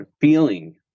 feeling